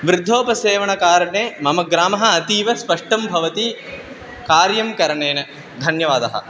वृद्धोपसेवनकारणेन मम ग्रामः अतीव स्पष्टं भवति कार्यं करणेन धन्यवादः